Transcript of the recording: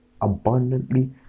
abundantly